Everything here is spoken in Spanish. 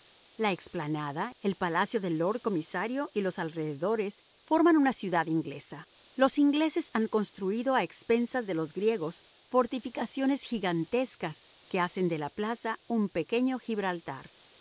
la explanada el palacio del lord comisario y los alrededores forman una ciudad inglesa los ingleses han construido a expensas de los griegos fortificaciones gigantescas que hacen de la plaza un pequeño gibraltar